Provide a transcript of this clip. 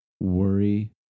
worry